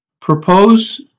Propose